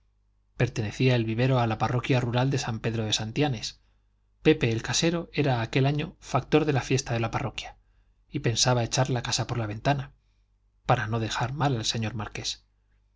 pertenecía el vivero a la parroquia rural de san pedro de santianes pepe el casero era aquel año factor de la fiesta de la parroquia y pensaba echar la casa por la ventana para no dejar mal al señor marqués